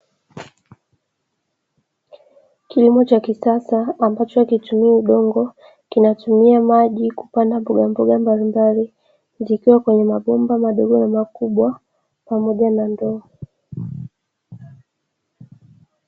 Kilimo cha kisasa ambacho hakitumii udongo, kinatumia maji kupanda mboga mboga mbalimbali. Zikiwa kwenye mabomba madogo na makubwa, pamoja na ndoo.